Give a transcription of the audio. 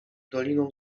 doliną